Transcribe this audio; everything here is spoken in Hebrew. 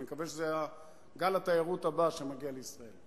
אני מקווה שזה גל התיירות הבא שמגיע לישראל.